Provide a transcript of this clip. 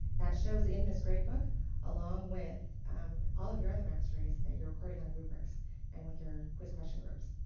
that shows in this great book along with all of your other masteries that you're recording on rubrics and with your quiz question groups.